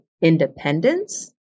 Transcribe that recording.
independence